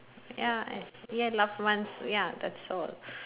ya an~ ya loved ones ya that's all